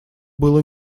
было